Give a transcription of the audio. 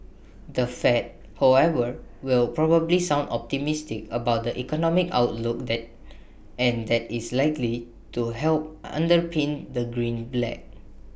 the fed however will probably sound optimistic about the economic outlook that and that is likely to help underpin the greenback